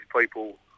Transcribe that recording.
people